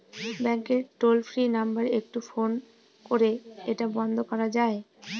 ব্যাংকের toll free number একটু phone করে এটা বন্ধ করা যায়?